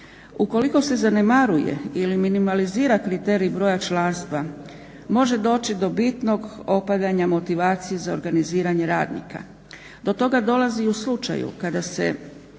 Ukoliko se zanemaruje ili minimalizira kriterij broja članstva može doći do bitnog opadanja motivacije za organiziranje radnika. Do toga dolazi u slučaju kada se